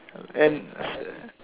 and